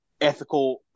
ethical